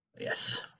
Yes